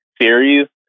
series